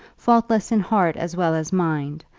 faultless in heart as well as mind,